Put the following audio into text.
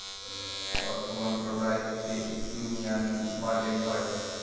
অর্থ মন্ত্রণালয় থেকে ইউনিয়ান বাজেট হয়